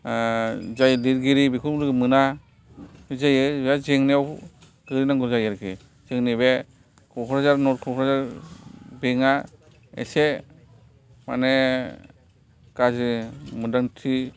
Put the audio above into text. जाय लिरगिरि बेखौ लोगो मोना जे बा जेंनायाव गोलैनांगौ जायो आरोखि जोंनि बे क'क्राझार नद क'क्राझार बेंकआ एसे माने गाज्रि मोनदांथि